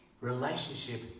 relationship